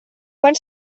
quan